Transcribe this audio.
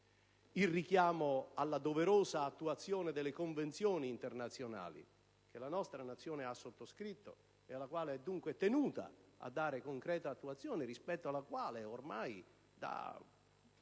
Si richiama la doverosa attuazione delle convenzioni internazionali che la nostra Nazione ha sottoscritto e alla quale dunque è tenuta a dare concreta attuazione e rispetto alla quale, ormai da